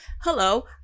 Hello